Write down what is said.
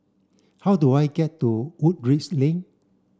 how do I get to Woodleigh Lane